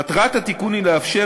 מטרת התיקון היא לאפשר,